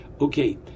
Okay